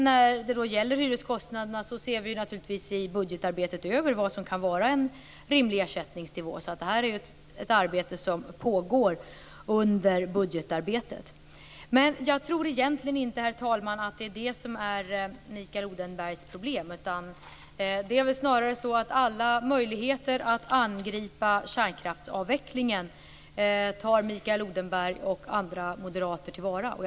När det sedan gäller hyreskostnaderna ser vi naturligtvis i budgetarbetet över vad som kan vara en rimlig ersättningsnivå. Det här är ett arbete som pågår under budgetarbetet. Men jag tror egentligen inte, herr talman, att det är detta som är Mikael Odenbergs problem. Det är väl snarare så att Mikael Odenberg och andra moderater tar till vara alla möjligheter att angripa kärnkraftsavvecklingen.